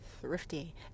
thrifty